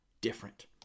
different